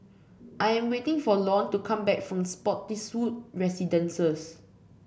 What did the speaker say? I am waiting for Lorne to come back from Spottiswoode Residences